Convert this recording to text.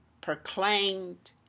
proclaimed